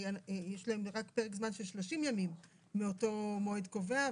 יש להם רק פרק זמן של 30 ימים מאותו מועד קובע,